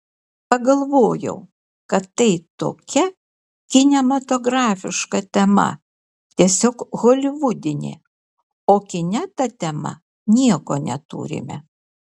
pagalvojau kad tai tokia kinematografiška tema tiesiog holivudinė o kine ta tema nieko neturime